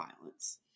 violence